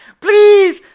Please